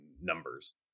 numbers